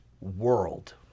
world